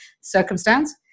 circumstance